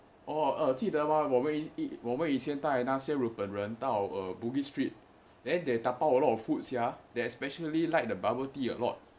哦哦记得吗我们我们以前带个那些日本人人到 uh bugis street they dabao food sia they especially like the bubble tea alot